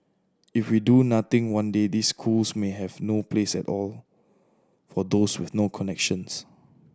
if we do nothing one day these schools may have no place at all for those with no connections